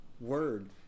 word